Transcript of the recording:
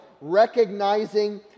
recognizing